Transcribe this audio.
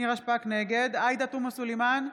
נגד עאידה תומא סלימאן,